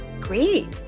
Great